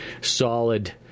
solid